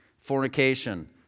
fornication